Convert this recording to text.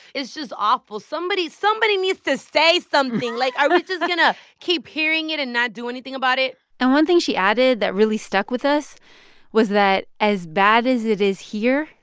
it's just awful. somebody somebody needs to say something. like, are we just going to keep hearing it and not do anything about it? and one thing she added that really stuck with us was that as bad as it is here,